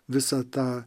visą tą